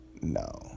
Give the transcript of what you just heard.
No